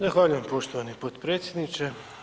Zahvaljujem poštovani potpredsjedniče.